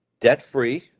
debt-free